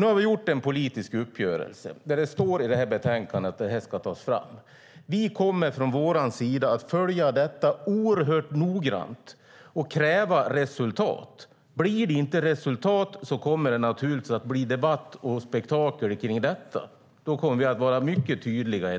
Nu har vi träffat en politisk uppgörelse, och det står i det här betänkandet att detta ska tas fram. Vi kommer från vår sida att följa frågan oerhört noggrant och kräva resultat. Blir det inte resultat kommer det naturligtvis att bli debatt och spektakel kring detta. Då kommer vi att vara mycket tydliga.